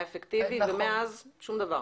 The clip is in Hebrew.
היה אפקטיבי ומאז שום דבר.